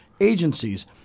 agencies